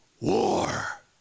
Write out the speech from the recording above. war